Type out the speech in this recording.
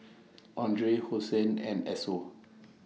Andre Hosen and Esso